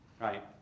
right